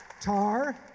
Tar